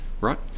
right